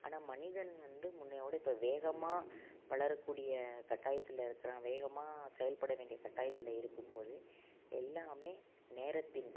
ஆனால் மனிதன் வந்து முன்னைய விட இப்போ வேகமாக வளர கூடிய கட்டாயத்தில் இருக்கிறோம் வேகமாக செயல்பட வேண்டிய கட்டாயத்தில் இருக்கும் போது எல்லாம் நேரத்தின்